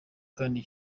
kandi